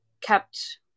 kept